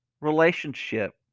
relationship